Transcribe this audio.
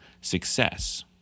success